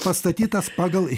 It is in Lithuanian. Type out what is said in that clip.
pastatytas pagal